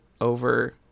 over